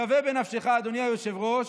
שווה בנפשך, אדוני היושב-ראש,